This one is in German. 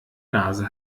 nase